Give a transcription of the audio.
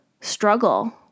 struggle